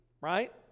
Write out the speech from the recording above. right